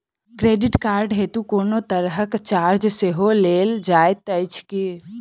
Credit card हेतु कोनो तरहक चार्ज सेहो लेल जाइत अछि की?